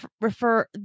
refer